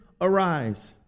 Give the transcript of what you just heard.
arise